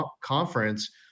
Conference